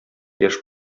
яшь